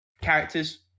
characters